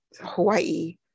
Hawaii